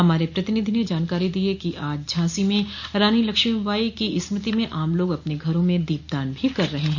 हमारे प्रतिनिधि ने जानकारी दी है कि आज झांसी में रानी लक्ष्मीबाई की स्मृति में आम लोग अपने घरों में दीपदान भी कर रहे हैं